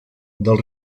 del